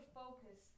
focus